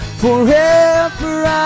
forever